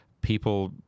people